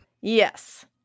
Yes